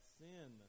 sin